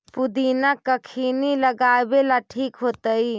पुदिना कखिनी लगावेला ठिक होतइ?